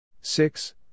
Six